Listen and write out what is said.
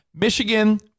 Michigan